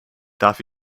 darf